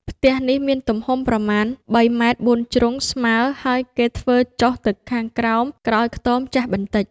ផ្ទះនេះមានទំហំប្រមាណ ៣ម. បួនជ្រុងស្មើ ហើយគេធ្វើចុះទៅខាងក្រោម ក្រោយខ្ទមចាស់បន្តិច ។